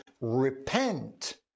repent